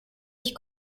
ich